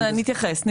נתייחס.